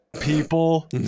people